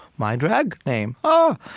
my drag name. oh!